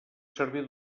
servir